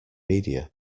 media